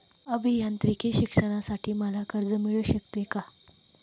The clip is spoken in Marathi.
अभियांत्रिकी शिक्षणासाठी मला कर्ज मिळू शकते का?